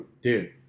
dude